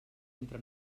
entre